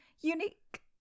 unique